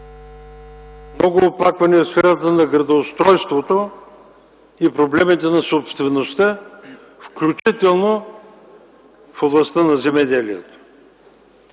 Много оплаквания има в сферата на градоустройството и проблемите на собствеността, включително в областта на земеделието.